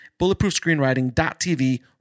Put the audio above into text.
bulletproofscreenwriting.tv